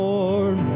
Lord